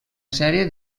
sèrie